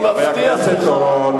חבר הכנסת אורון.